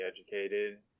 educated